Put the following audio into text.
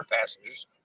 passengers